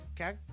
Okay